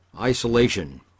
isolation